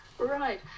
Right